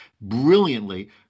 brilliantly